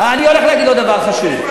אני הולך להגיד לו דבר חשוב.